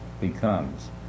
becomes